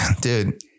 dude